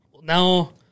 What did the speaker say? now